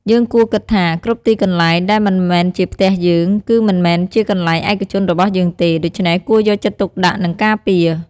យើងគួរគិតថា គ្រប់ទីកន្លែងដែលមិនមែនជាផ្ទះយើង គឺមិនមែនជាកន្លែងឯកជនរបស់យើងទេ ដូច្នេះគួរយកចិត្តទុកដាក់ និងការពារ។